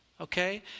Okay